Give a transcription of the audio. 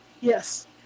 Yes